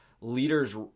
leaders